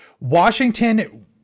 Washington